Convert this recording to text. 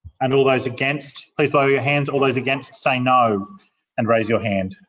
and all those against please lower your hands. all those against, say no and raise your hand.